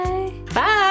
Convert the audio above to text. Bye